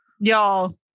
y'all